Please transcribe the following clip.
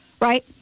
Right